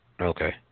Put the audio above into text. Okay